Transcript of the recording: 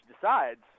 decides